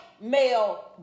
male